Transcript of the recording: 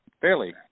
fairly